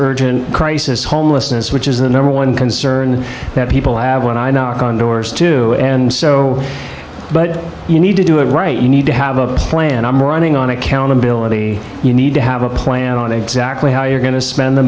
urgent crisis homelessness which is the number one concern that people have when i knock on doors to and so but you need to do it right you need to have a plan and i'm running on accountability you need to have a plan on exactly how you're going to spend the